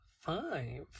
five